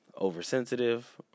oversensitive